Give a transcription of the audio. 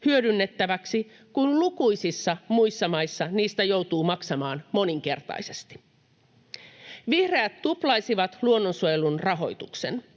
hyödynnettäväksi, kun lukuisissa muissa maissa niistä joutuu maksamaan moninkertaisesti. Vihreät tuplaisivat luonnonsuojelun rahoituksen.